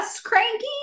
cranky